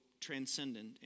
transcendent